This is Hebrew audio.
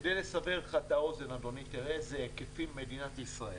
כדי לסבר לך את האוזן תראה איזה היקפים יש במדינת ישראל.